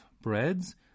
breads